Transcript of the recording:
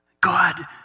God